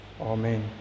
amen